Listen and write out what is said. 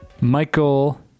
Michael